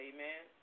Amen